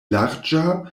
larĝa